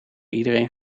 iedereen